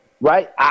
right